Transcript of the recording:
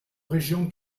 régions